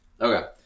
Okay